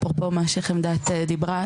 אפרופו מה שחמדת דיברה,